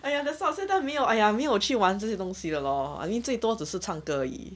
!aiya! the 没有 !aiya! 没有去玩这些东西的 lor I mean 最多只是唱歌而已